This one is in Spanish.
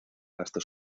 hasta